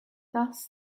thus